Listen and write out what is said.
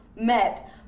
met